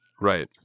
Right